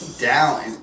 Down